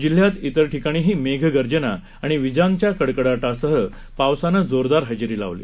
जिल्ह्यात इतर ठिकाणीही मेघगर्जना आणि विजांच्या कडकडाटासह पावसानं जोरदार हजेरी लावली